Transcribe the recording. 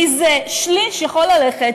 מזה שליש יכול ללכת,